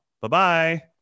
Bye-bye